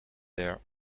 there